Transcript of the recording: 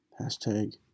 Hashtag